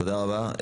תודה רבה.